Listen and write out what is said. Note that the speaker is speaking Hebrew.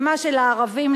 ומה שלערבים,